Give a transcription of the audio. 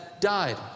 died